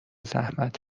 زحمت